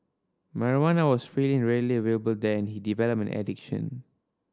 marijuana was freely and readily available there he developed an addiction